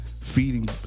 feeding